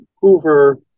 Hoover